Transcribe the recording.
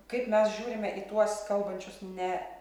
kaip mes žiūrime į tuos kalbančius ne